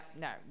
no